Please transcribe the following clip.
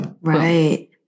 right